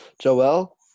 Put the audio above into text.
Joel